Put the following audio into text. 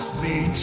see